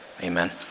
Amen